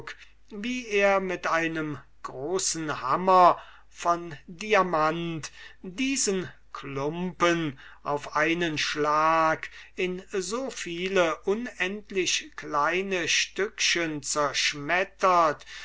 wie er mit einem großen hammer von diamant diesen klumpen auf einen schlag in so viele unendlich kleine stückchen zerschmettert